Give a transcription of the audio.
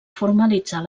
formalitzar